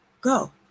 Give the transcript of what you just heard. go